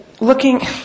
Looking